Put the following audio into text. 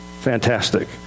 fantastic